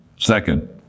Second